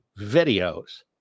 videos